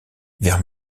vers